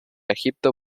egipto